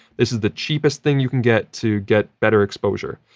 this is the cheapest thing you can get to get better exposure.